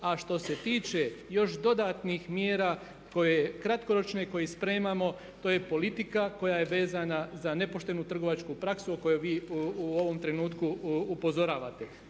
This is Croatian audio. a što se tiče još dodatnih mjera koje kratkoročne i koje spremamo, to je politika koja je vezana za nepoštenu trgovačku praksu u kojoj vi u ovom trenutku upozoravate.